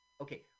okay